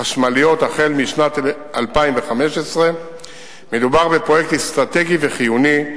חשמליות החל בשנת 2015. מדובר בפרויקט אסטרטגי וחיוני,